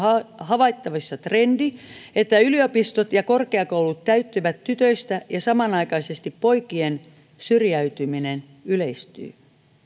havaittavissa trendi että yliopistot ja korkeakoulut täyttyvät tytöistä ja samanaikaisesti poikien syrjäytyminen yleistyy